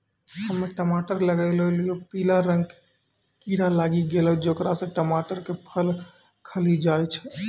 हम्मे टमाटर लगैलो छियै पीला रंग के कीड़ा लागी गैलै जेकरा से टमाटर के फल गली जाय छै?